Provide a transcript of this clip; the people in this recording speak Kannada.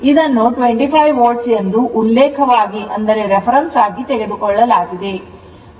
ಆದ್ದರಿಂದ ಇದನ್ನು 25 volt ಎಂದು ಉಲ್ಲೇಖವಾಗಿ ತೆಗೆದುಕೊಳ್ಳಲಾಗಿದೆ